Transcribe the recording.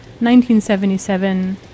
1977